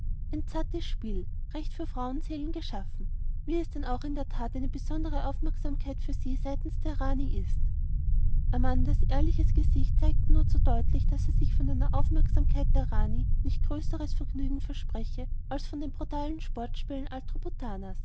ein zartes spiel recht für frauenseelen geschaffen wie es denn auch in der tat eine besondere aufmerksamkeit für sie seitens der rani ist amandas ehrliches gesicht zeigte nur zu deutlich daß sie sich von einer aufmerksamkeit der rani nicht größeres vergnügen verspreche als von den brutalen sportspielen